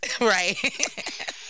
Right